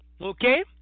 Okay